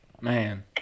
Man